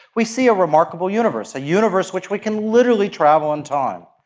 we see a remarkable universe, a universe which we can literally travel in time.